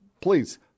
please